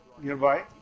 nearby